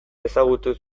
ezagutu